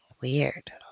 Weird